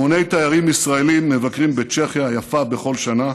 המוני תיירים ישראלים מבקרים בצ'כיה היפה בכל שנה,